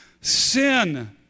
sin